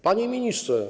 Panie Ministrze!